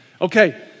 Okay